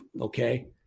Okay